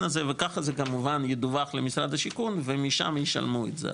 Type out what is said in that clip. הזה וככה זה כמובן ידווח למשרד השיכון ומשם ישלמו את זה,